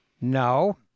no